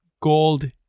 gold